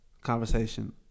conversation